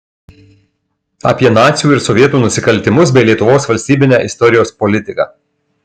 apie nacių ir sovietų nusikaltimus bei lietuvos valstybinę istorijos politiką